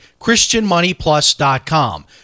christianmoneyplus.com